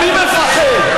מי מפחד?